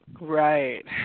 Right